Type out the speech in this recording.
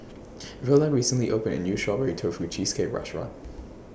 Verla recently opened A New Strawberry Tofu Cheesecake Restaurant